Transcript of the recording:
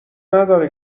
نداره